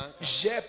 j'ai